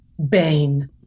Bane